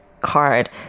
card